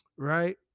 right